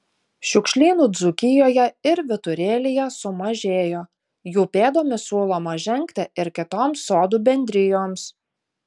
šiukšlynų dzūkijoje ir vyturėlyje sumažėjo jų pėdomis siūloma žengti ir kitoms sodų bendrijoms